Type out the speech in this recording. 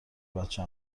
بچه